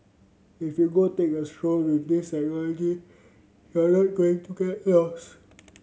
if you go take a stroll with this technology you're not going to get lost